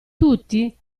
tutti